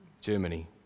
Germany